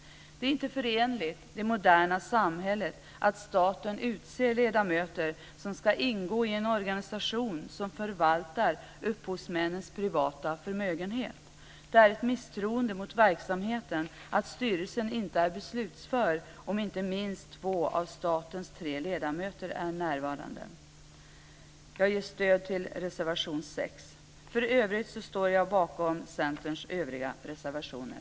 Det är inte förenligt med det moderna samhället att staten utser ledamöter som ska ingå i en organisation som förvaltar upphovsmännens privata förmögenhet. Det är ett misstroende mot verksamheten att styrelsen inte är beslutsför om inte minst två av statens tre ledamöter är närvarande. Jag ger stöd till reservation 6. För övrigt står jag bakom Centerns övriga reservationer.